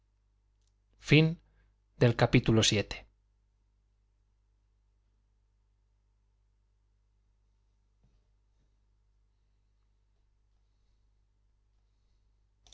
fin del cual